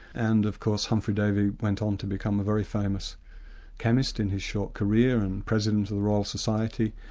and of course humphrey davey went on to become a very famous chemist in his short career and president of the royal society.